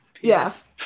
Yes